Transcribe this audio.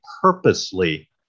purposely